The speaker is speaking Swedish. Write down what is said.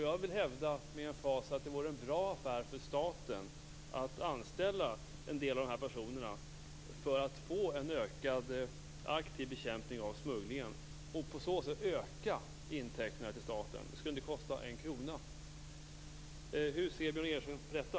Jag vill med emfas hävda att det vore en bra affär för staten att anställa en del av dessa personer för att få till stånd en ökad aktiv bekämpning av smugglingen och på så sätt öka statens intäkter. Det skulle inte kosta en krona. Hur ser Björn Ericson på detta?